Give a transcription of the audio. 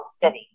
City